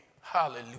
hallelujah